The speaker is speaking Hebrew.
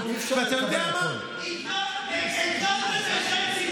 אבל אתמול לא שמעתם, חדשות.